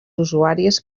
usuàries